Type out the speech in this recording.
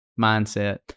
mindset